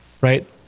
Right